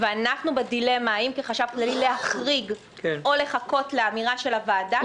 ואנחנו בדילמה האם כחשב כללי להחריג או לחכות לאמירה של הוועדה,